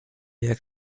jak